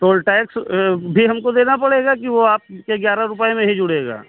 toll tax भी हमको देना पड़ेगा कि वह आपके ग्यारह रुपये में ही जुड़ेगा